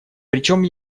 причем